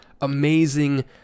amazing